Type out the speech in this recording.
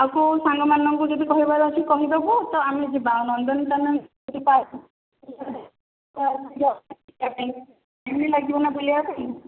ଆଉ କେଉଁ ସାଙ୍ଗମାନଙ୍କୁ ଯଦି କହିବାର ଅଛି କହିଦେବୁ ତ ଆମେ ଯିବା ନନ୍ଦନକାନନ ଜୁଲୋଜି ପାର୍କ ଯିବା ଦିନେ ଲାଗିବ ନା ବୁଲିବାକୁ୍